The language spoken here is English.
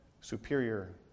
superior